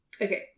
Okay